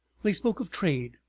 they spoke of trade,